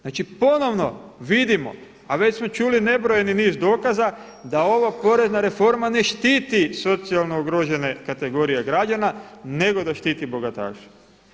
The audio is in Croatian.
Znači ponovno vidimo a već smo čuli nebrojeni niz dokaza da ova porezna refoma ne štiti socijalno ugrožene kategorije građana nego da štiti bogataše.